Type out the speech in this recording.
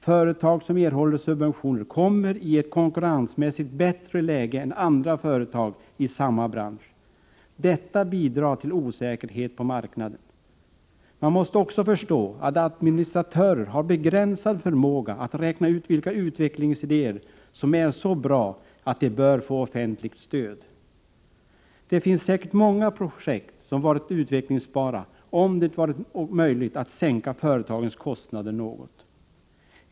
Företag som erhåller subventioner kommer i ett konkurrensmässigt bättre läge än andra företag i samma bransch. Detta bidrar till osäkerhet på marknaden. Man måste också förstå att administratörer har begränsad förmåga att räkna ut vilka utvecklingsidéer som är så bra att de bör få offentligt stöd. Det finns säkert många projekt som hade varit utvecklingsbara, om det hade varit möjligt att sänka företagens kostnader något.